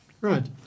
Right